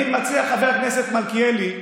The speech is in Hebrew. אני מציע, חבר הכנסת מלכיאלי,